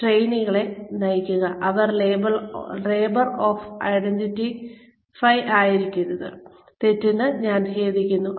ട്രെയിനികളെ നയിക്കുക അത് label of identify ആയിരിക്കരുത് തെറ്റിന് ഞാൻ ഖേദിക്കുന്നു